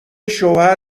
شوهر